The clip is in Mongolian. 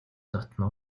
дотно